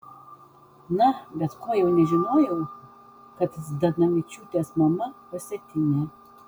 na bet ko jau nežinojau kad zdanavičiūtės mama osetinė